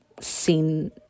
seen